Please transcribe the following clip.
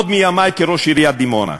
עוד מימי כראש עיריית דימונה.